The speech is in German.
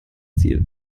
ziel